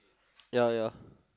ya ya